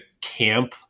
camp